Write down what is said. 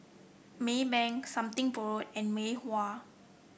Maybank Something Borrowed and Mei Hua